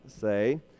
say